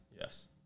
Yes